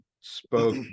spoke